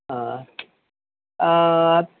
ಹಾಂ ಹತ್ತು